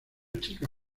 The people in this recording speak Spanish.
chica